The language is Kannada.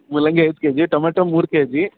ಮೂಲಂಗಿ ಐದು ಕೆ ಜಿ ಟೊಮೆಟೊ ಮೂರು ಕೆ ಜಿ